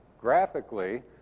graphically